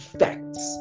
facts